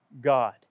God